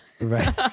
right